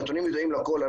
הנתונים ידועים לכול.